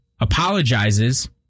apologizes